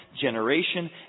generation